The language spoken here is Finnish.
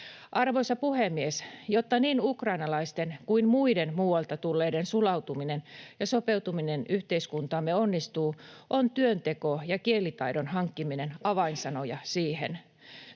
Arvoisa puhemies! Jotta niin ukrainalaisten kuin muiden muualta tulleiden sulautuminen ja sopeutuminen yhteiskuntaamme onnistuu, ovat työnteko ja kielitaidon hankkiminen avainsanoja siihen.